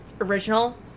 original